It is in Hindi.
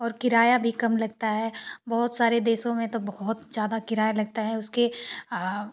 और किराया भी कम लगता है बहुत सारे देसों में तो बहुत ज़्यादा किराया लगता है उसके